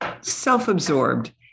self-absorbed